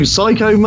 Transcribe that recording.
Psycho